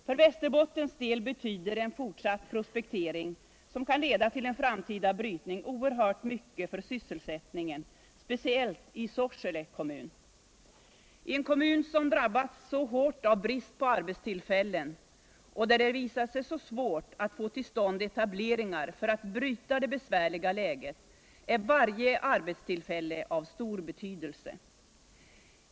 För Västerbottens del betyder en fortsatt prospektering som kan leda till en framtida brytning oerhört mycket för sysselsättningen speciellt i Sorsele kommun. I en kommun som drabbats så hårt av brist på arbetstillfällen och där det visat sig så svårt att få till stånd etableringar för att bryta det besvärliga läget. är varje arbetstillfälle av stor betydelse.